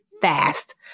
fast